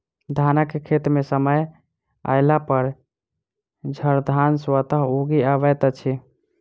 धानक खेत मे समय अयलापर झड़धान स्वतः उगि अबैत अछि